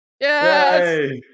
Yes